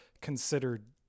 considered